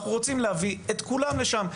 אנחנו רוצים להביא את כולם לשם.